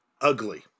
ugly